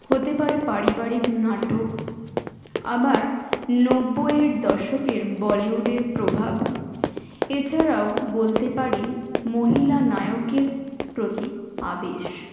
হতে পারে পারিবারিক নাটক আবার নব্বইয়ের দশকের বলিউডের প্রভাব এছাড়াও বলতে পারি মহিলা নায়কের প্রতি আবেশ